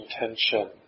intention